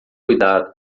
cuidado